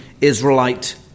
Israelite